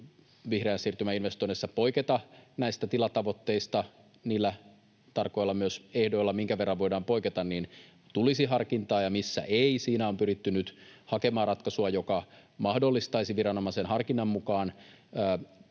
vihreän siirtymän investoinneissa poiketa näistä tilatavoitteista, myös niillä tarkoilla ehdoilla, minkä verran voidaan poiketa, tulisi harkintaan ja missä ei. Siinä on pyritty nyt hakemaan ratkaisua, joka mahdollistaisi viranomaisen harkinnan mukaan